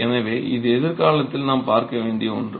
எனவே இது எதிர்காலத்தில் நாம் பார்க்க வேண்டிய ஒன்று